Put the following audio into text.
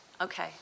Okay